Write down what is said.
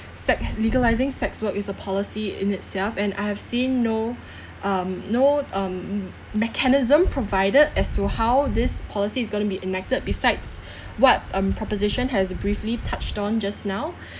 sex legalising sex work is a policy in itself and I have seen no um no um mechanism provided as to how this policy is gonna be enacted besides what um proposition has briefly touched on just now